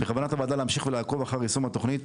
בכוונת הוועדה להמשיך ולעקוב ביישום התוכנית,